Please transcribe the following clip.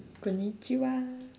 konichiwa